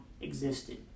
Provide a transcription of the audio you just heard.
existed